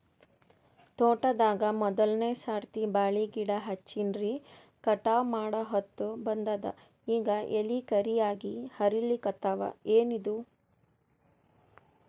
ತೋಟದಾಗ ಮೋದಲನೆ ಸರ್ತಿ ಬಾಳಿ ಗಿಡ ಹಚ್ಚಿನ್ರಿ, ಕಟಾವ ಮಾಡಹೊತ್ತ ಬಂದದ ಈಗ ಎಲಿ ಕರಿಯಾಗಿ ಹರಿಲಿಕತ್ತಾವ, ಏನಿದು?